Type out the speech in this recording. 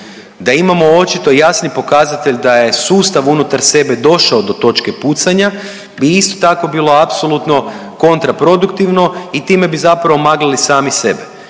da imamo očito jasni pokazatelj da je sustav unutar sebe došao do točke pucanja, bi isto tako bilo apsolutno kontraproduktivno i time bi zapravo maglili sami sebe.